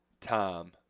time